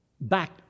back